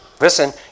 listen